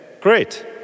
great